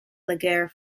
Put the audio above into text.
laguerre